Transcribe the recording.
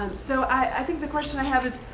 so i think the question i have is,